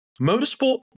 Motorsport